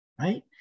Right